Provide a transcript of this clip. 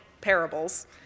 parables